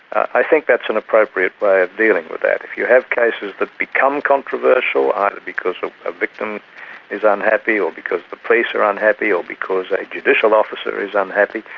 i think that's an appropriate way of dealing with that. if you have cases that become controversial either because ah a victim is unhappy or because the police are unhappy or because a judicial officer is unhappy,